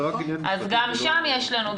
זה רק עניין משפטי --- אז גם שם יש לנו.